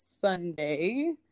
Sunday